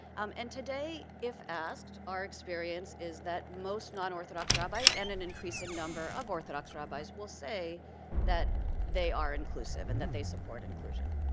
um and today, if asked, our experience is that most non-orthodox rabbis, and an increasing number of orthodox rabbis, will say that they are inclusive and that they support inclusion.